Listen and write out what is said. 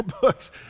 books